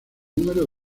número